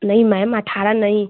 नहीं मैम अठारह नहीं